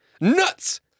nuts